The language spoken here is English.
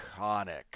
iconic